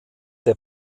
der